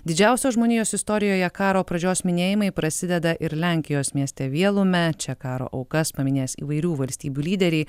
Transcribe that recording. didžiausio žmonijos istorijoje karo pradžios minėjimai prasideda ir lenkijos mieste vielume čia karo aukas paminės įvairių valstybių lyderiai